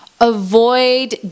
avoid